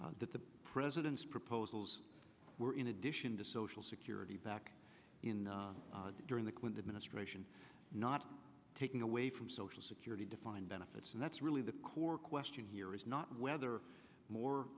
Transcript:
president's proposals were in addition to social security back in during the clinton administration not taking away from social security defined benefits and that's really the core question here is not whether more